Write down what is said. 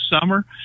summer